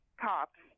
cops